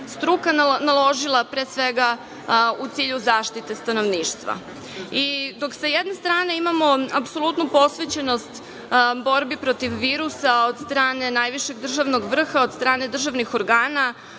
struka naložila, pre svega u cilju zaštite stanovništva. Dok sa jedne strane imamo apsolutnu posvećenost borbi protiv virusa od strane najvišeg državnog vrha, od strane državnih organa,